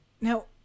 Now